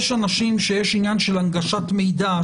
יש אנשים שיש עניין של הנגשת מידה,